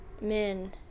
men